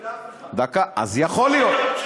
אז יכול להיות.